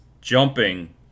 jumping